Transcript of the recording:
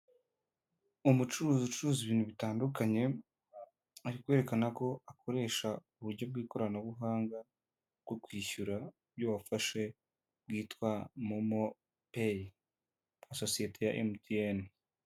Umucuruzi ucuruza ibintu bitandukanye ari kwerekana ko akoresha uburyo bw'ikoranabuhanga bwo kwishyura ibyo wafashe bwitwa momopeyi bwa sosiyete ya MTN.